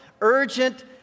urgent